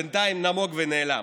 בינתיים נמוג ונעלם.